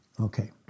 Okay